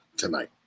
tonight